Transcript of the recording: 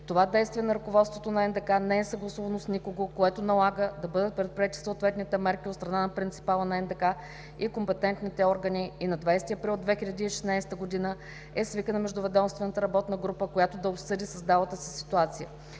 Това действие на ръководството на НДК не е съгласувано с никого, което налага да бъдат предприети съответните мерки от страна на принципала на НДК и компетентните органи, и на 20 април 2016 г. е свикана Междуведомствената работна група, която да обсъди създалата се ситуация.